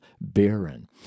barren